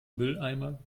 mülleimer